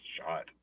shot